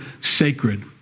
sacred